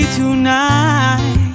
tonight